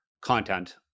content